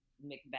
Macbeth